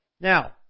Now